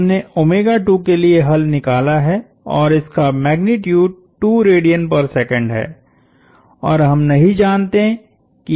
हमने के लिए हल निकाला है और इसका मैग्नीट्यूडहै और हम नहीं जानते किक्या है